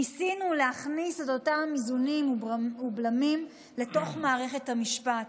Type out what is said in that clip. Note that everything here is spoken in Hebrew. ניסינו להכניס את אותם איזונים ובלמים לתוך מערכת המשפט.